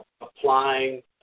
applying